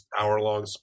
hour-long